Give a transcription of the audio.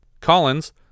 Collins